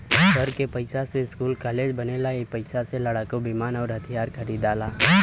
कर के पइसा से स्कूल कालेज बनेला ई पइसा से लड़ाकू विमान अउर हथिआर खरिदाला